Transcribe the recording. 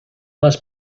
must